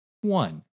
One